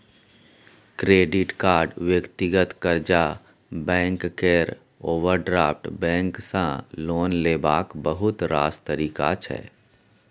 credit card, व्यक्तिगत कर्जा, bank केर ओवरड्राफ्ट बैंक सँ लोन लेबाक बहुत रास तरीका छै